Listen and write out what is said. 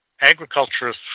agriculture